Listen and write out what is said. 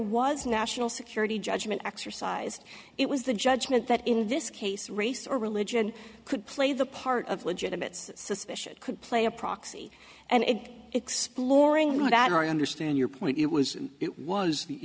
was national security judgment exercised it was the judgment that in this case race or religion could play the part of legitimate suspicion could play a proxy and it exploring would add i understand your point it was it was the